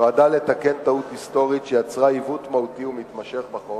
נועדה לתקן טעות היסטורית שיצרה עיוות מהותי ומתמשך בחוק,